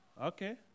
Okay